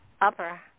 upper